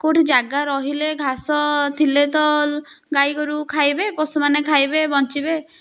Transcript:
କେଉଁଠି ଜାଗା ରହିଲେ ଘାସ ଥିଲେ ତ ଗାଇ ଗୋରୁ ଖାଇବେ ପଶୁମାନେ ଖାଇବେ ବଞ୍ଚିବେ